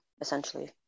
essentially